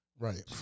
Right